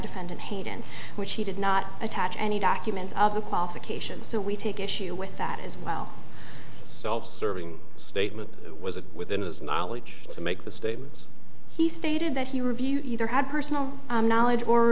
defendant hayden which he did not attach any document of the qualifications so we take issue with that as well self serving statement was it within his knowledge to make the statements he stated that he reviewed either had personal knowledge or